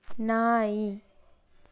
ನಾಯಿ